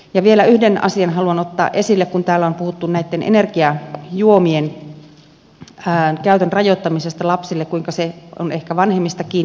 ja vielä yhden asian haluan ottaa esille kun täällä on puhuttu näitten energiajuomien käytön rajoittamisesta lapsille kuinka se on ehkä vanhemmista kiinni